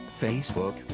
Facebook